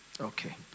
Okay